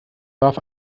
warf